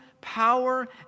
power